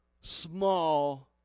small